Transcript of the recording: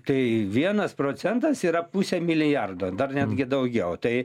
tai vienas procentas yra pusę milijardo dar netgi daugiau tai